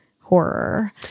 horror